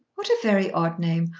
what a very odd name.